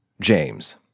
James